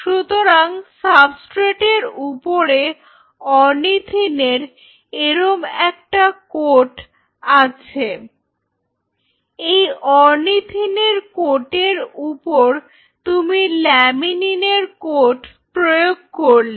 সুতরাং সাবস্ট্রেট এর উপরে অরনিথিনের এরকম একটা কোট রয়েছে এই অরনিথিনের কোটের উপর তুমি ল্যামিনিনের কোট প্রয়োগ করলে